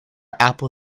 apple